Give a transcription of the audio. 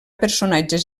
personatges